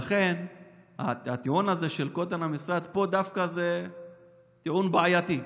לכן הטיעון הזה של גודל המשרד פה זה דווקא טיעון בעייתי.